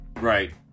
Right